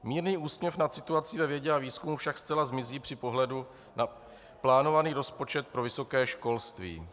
Mírný úsměv nad situací ve vědě a výzkumu však zcela zmizí při pohledu na plánovaný rozpočet pro vysoké školství.